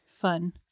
fun